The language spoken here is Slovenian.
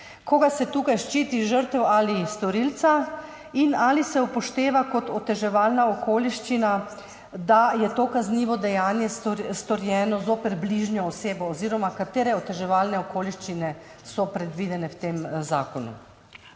Koga se tukaj ščiti, žrtev ali storilca? Ali se upošteva kot oteževalna okoliščina, da je to kaznivo dejanje storjeno zoper bližnjo osebo? Katere oteževalne okoliščine so predvidene v tem zakonu?